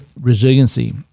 resiliency